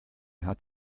hat